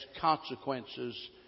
consequences